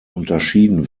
unterschieden